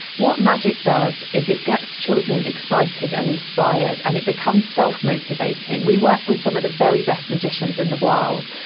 what magic does is it gets children excited and inspired and it becomes self-motivating. we work with some of the very best magicians in the world,